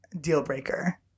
deal-breaker